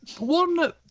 One